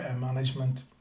management